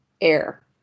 air